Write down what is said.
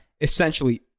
essentially